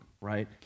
right